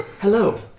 Hello